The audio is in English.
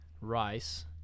rice